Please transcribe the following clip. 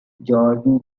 gordon